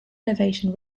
elevation